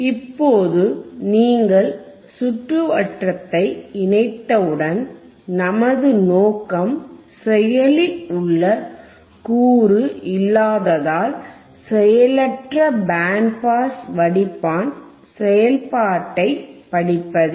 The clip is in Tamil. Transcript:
இப்போது நீங்கள் சுற்றுவட்டத்தை இணைத்தவுடன் நமது நோக்கம் செயலில் உள்ள கூறு இல்லாததால் செயலற்ற பேண்ட் பாஸ் வடிப்பான் செயல்பாட்டைப் படிப்பதே